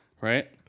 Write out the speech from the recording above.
right